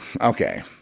Okay